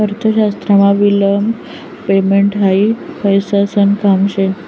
अर्थशास्त्रमा विलंब पेमेंट हायी पैसासन काम शे